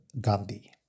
Gandhi